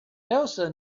elsa